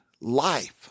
life